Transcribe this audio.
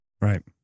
Right